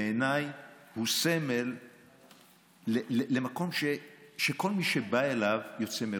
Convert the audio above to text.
בעיניי סמל למקום שכל מי שבא אליו יוצא מרוצה.